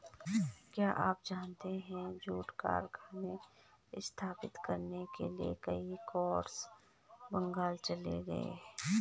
क्या आप जानते है जूट कारखाने स्थापित करने के लिए कई स्कॉट्स बंगाल चले गए?